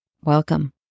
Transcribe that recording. welcome